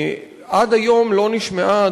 עד היום לא נשמעה,